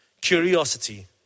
curiosity